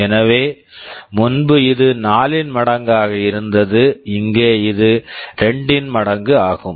எனவே முன்பு இது 4 இன் மடங்காக இருந்தது இங்கே இது 2 இன் மடங்கு ஆகும்